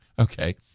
Okay